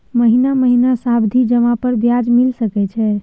महीना महीना सावधि जमा पर ब्याज मिल सके छै?